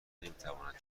نمیتواند